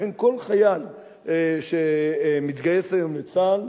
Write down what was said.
לכן כל חייל שמתגייס היום לצה"ל,